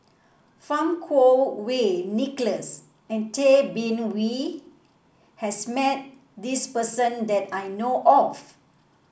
Fang Kuo Wei Nicholas and Tay Bin Wee has met this person that I know of